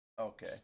Okay